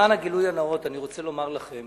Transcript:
למען הגילוי הנאות אני רוצה לומר לכם